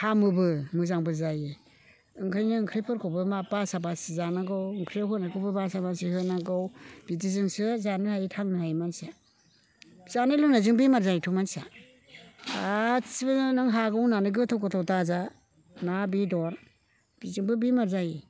हामोबो मोजांबो जायो ओंखायनो ओंख्रिफोरखौबो मा बासा बासि जानांगौ ओंख्रियाव होनायखौबो बासा बासि होनांगौ बिदिजोंसो जानो हायो थांनो हायो मानसिया जानाय लोंनायजों बेमार जायोथ' मानसिया गासैबो नों हागौ होननानै गोथाव गोथाव दाजा ना बेदर बेजोंबो बेमार जायो